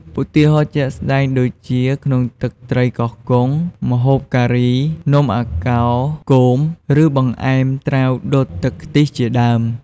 ឧទាហរណ៍ជាក់ស្ដែងដូចជាក្នុងទឹកត្រីកោះកុង ម្ហូបការី នំអាកោគោម ឬបង្អែមត្រាវដុតទឹកខ្ទិះជាដើម។